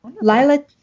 lila